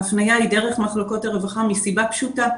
ההפניה היא דרך מחלקות הרווחה מסיבה פשוטה,